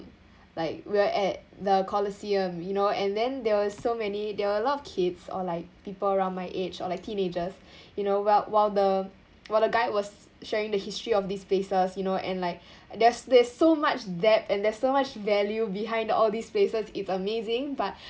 like we are at the colosseum you know and then there were so many there were a lot of kids or like people around my age or like teenagers you know while while the while the guy was sharing the history of this places you know and like there's this so much depth and there's so much value behind all these places it's amazing but